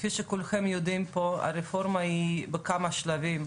כפי שכולכם יודעים פה, הרפורמה היא בכמה שלבים,